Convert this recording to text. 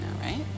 right